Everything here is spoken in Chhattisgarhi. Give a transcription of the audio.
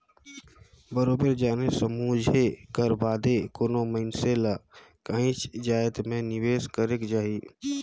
बरोबेर जाने समुझे कर बादे कोनो मइनसे ल काहींच जाएत में निवेस करेक जाही